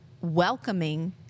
welcoming